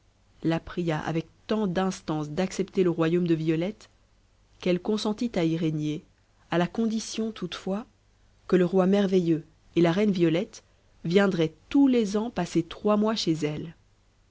la pria avec tant d'instance d'accepter le royaume de violette qu'elle consentit à y régner à la condition toutefois que le roi merveilleux et la reine violette viendraient tous les ans passer trois mois chez elle